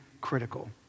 critical